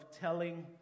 telling